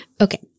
Okay